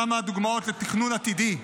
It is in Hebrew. כמה דוגמאות לתכנון עתידי: